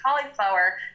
cauliflower